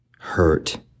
hurt